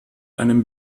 einem